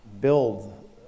build